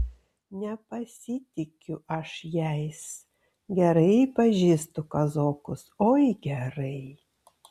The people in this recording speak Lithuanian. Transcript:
nepasitikiu aš jais gerai pažįstu kazokus oi gerai